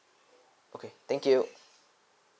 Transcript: okay thank you